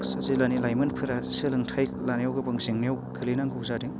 बाक्सा जिल्लानि लाइमोनफोरा सोलोंथाइ लानायाव गोबां जेंनायाव गोग्लैनांगौ जादों